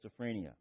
schizophrenia